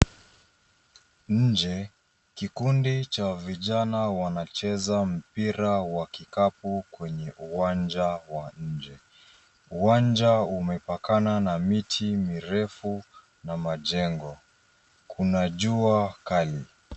Njee kikundi cha vijana wanacheza mpira wa kikapu kwenye uwanja wa njee. Uwanja umepakana na miti mirefu na majengo .Kuna jua kali.